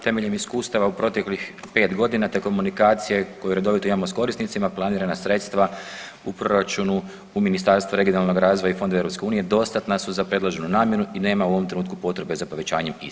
Temeljem iskustava u proteklih 5 godina te komunikacije koju redovito imao s korisnicima planirana sredstva u proračunu u Ministarstvu regionalnog razvoja i fondova EU dostatna su za predloženu namjenu i nema u ovom trenutku potrebe za povećanjem istih.